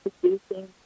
producing